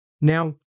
now